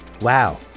Wow